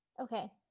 Okay